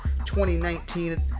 2019